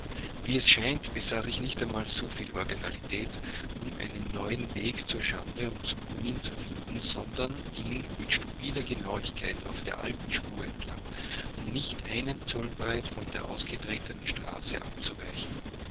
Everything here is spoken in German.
wie es scheint besaß ich nicht ein mal so viel originalität um einen neuen weg zur schande und zum ruin zu finden sondern ging mit stüpider genauigkeit auf der alten spur entlang um nicht einen zollbreit von der ausgetretenen straße abzuweichen